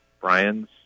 Brian's